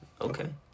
Okay